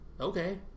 okay